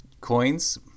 coins